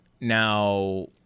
Now